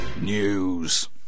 News